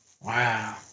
Wow